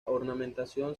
ornamentación